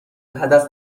هدف